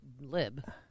lib